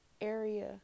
area